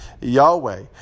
Yahweh